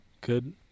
good